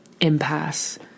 impasse